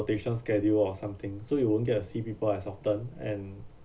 rotation schedule or something so you won't get to see people as often and